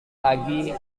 lagi